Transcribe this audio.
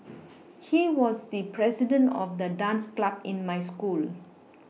he was the president of the dance club in my school